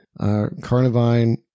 Carnivine